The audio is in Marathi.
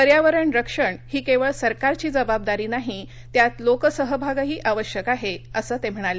पर्यावरण रक्षण ही केवळ सरकारची जबाबदारी नाही त्यात लोकसहभागही आवश्यक आहे असं ते म्हणाले